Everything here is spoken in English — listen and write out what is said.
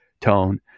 tone